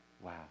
Wow